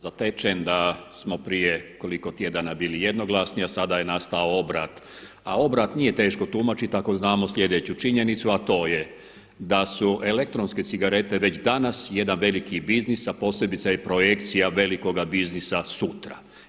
zatečen da smo prije koliko tjedana bili jednoglasni a sada je nastao obrat a obrat nije teško tumačiti ako znamo sljedeću činjenicu a to je da su elektronske cigarete već danas, jedan veliki biznis a posebice i projekcija velikoga biznisa sutra.